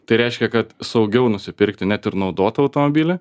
tai reiškia kad saugiau nusipirkti net ir naudotą automobilį